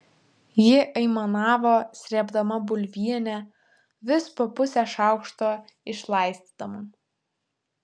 ji aimanavo srėbdama bulvienę vis po pusę šaukšto išlaistydama